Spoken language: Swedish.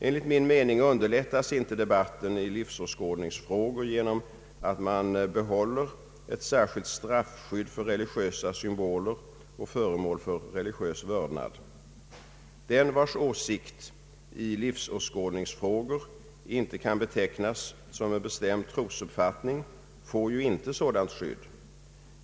Enligt min mening underlättas inte debatten i livsåskådningsfrågor genom alt man behåller ett särskilt straffskydd för religiösa symboler och föremål för religiös vördnad. Den vars åsikt i livsåskådningsfrågor inte kan betecknas som en bestämd trosuppfattning får inte sådant skydd.